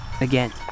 Again